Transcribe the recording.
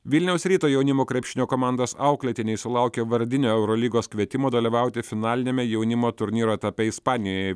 vilniaus ryto jaunimo krepšinio komandos auklėtiniai sulaukė vardinio eurolygos kvietimo dalyvauti finaliniame jaunimo turnyro etape ispanijoj